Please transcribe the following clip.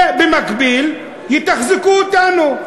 ובמקביל יתחזקו אותנו.